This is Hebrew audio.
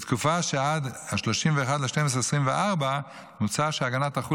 בתקופה שעד 31 בדצמבר 2024 מוצע שההגנה תחול